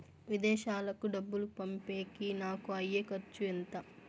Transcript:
విదేశాలకు డబ్బులు పంపేకి నాకు అయ్యే ఖర్చు ఎంత?